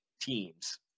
teams